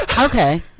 okay